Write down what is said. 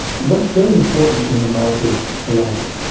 what's very important in the mouth is saliva.